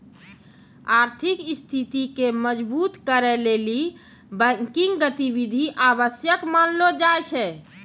आर्थिक स्थिति के मजबुत करै लेली बैंकिंग गतिविधि आवश्यक मानलो जाय छै